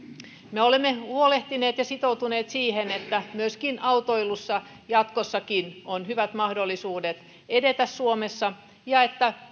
me olemme huolehtineet siitä ja sitoutuneet siihen että myös autoilussa jatkossakin on hyvät mahdollisuudet edetä suomessa ja että